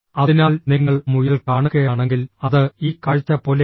അതിനാൽ നിങ്ങൾ മുയൽ കാണുകയാണെങ്കിൽ അത് ഈ കാഴ്ച പോലെയാണ്